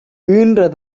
ஈன்ற